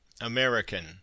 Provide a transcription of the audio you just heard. American